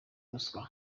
ruswa